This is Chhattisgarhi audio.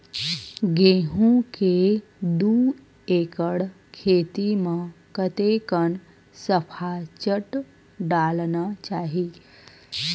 गेहूं के दू एकड़ खेती म कतेकन सफाचट डालना चाहि?